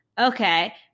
okay